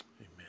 Amen